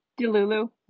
Delulu